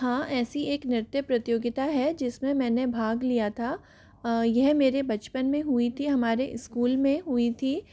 हाँ ऐसी एक नृत्य प्रतियोगिता है जिसमें मैंने भाग लिया था यह मेरे बचपन में हुई थी हमारे स्कूल में हुई थी